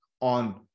on